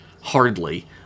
Hardly